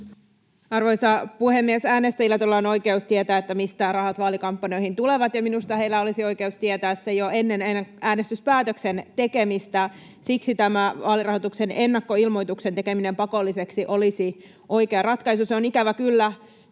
Arvoisa puhemies! Äänestäjillä on tavallaan oikeus tietää, mistä rahat vaalikampanjoihin tulevat, ja minusta heillä olisi oikeus tietää se jo ennen äänestyspäätöksen tekemistä. Siksi vaalirahoituksen ennakkoilmoituksen tekeminen pakolliseksi olisi oikea ratkaisu. Se on ikävä kyllä